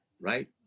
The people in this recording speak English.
right